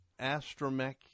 astromech